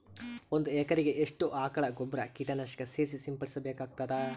ಒಂದು ಎಕರೆಗೆ ಎಷ್ಟು ಆಕಳ ಗೊಬ್ಬರ ಕೀಟನಾಶಕ ಸೇರಿಸಿ ಸಿಂಪಡಸಬೇಕಾಗತದಾ?